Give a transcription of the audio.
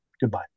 Goodbye